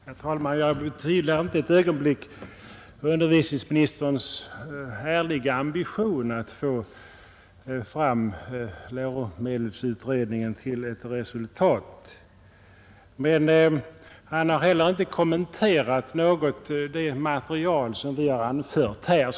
Herr talman! Jag betvivlar inte ett ögonblick utbildningsministerns ärliga ambition att få ett snabbt resultat från läromedelsutredningen, men han har heller inte kommenterat det material som vi har lagt fram.